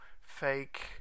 fake